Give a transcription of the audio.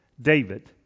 David